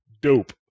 dope